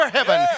heaven